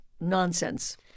nonsense